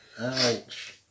Ouch